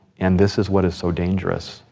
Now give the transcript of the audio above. and this is what is so dangerous.